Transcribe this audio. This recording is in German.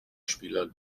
spieler